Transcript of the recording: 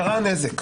קרה הנזק.